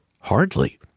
Hardly